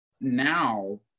now